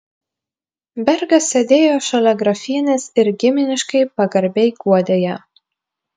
bergas sėdėjo šalia grafienės ir giminiškai pagarbiai guodė ją